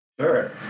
Sure